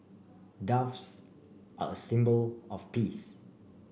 doves are a symbol of peace